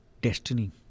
destiny